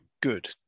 Good